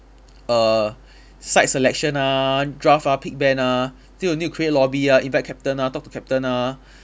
err site selection ah draft ah pick banner still need to create lobby ah invite captain ah talk to captain ah